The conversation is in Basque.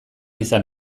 izan